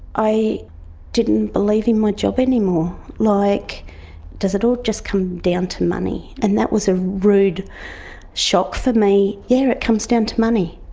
i didn't believe in my job anymore. like does does it all just come down to money? and that was a rude shock for me. yeah, it comes down to money.